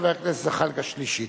חבר הכנסת זחאלקה שלישי.